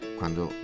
quando